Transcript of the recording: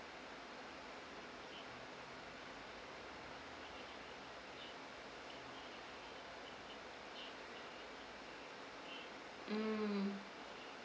mm